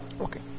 Okay